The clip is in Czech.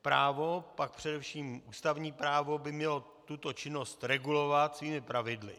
Právo, především pak ústavní právo by mělo tuto činnost regulovat svými pravidly.